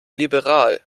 liberal